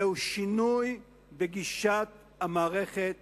זהו שינוי בגישת המערכת